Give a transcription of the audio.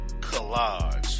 collage